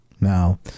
now